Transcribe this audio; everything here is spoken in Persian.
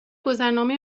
گذرنامه